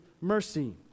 mercy